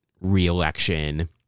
reelection